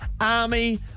army